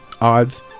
odds